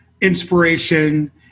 inspiration